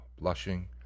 blushing